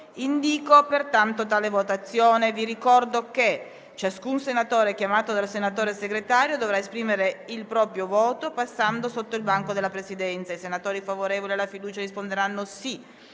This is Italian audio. luogo mediante votazione nominale con appello. Ciascun senatore chiamato dal senatore Segretario dovrà esprimere il proprio voto passando innanzi al banco della Presidenza. I senatori favorevoli alla fiducia risponderanno sì;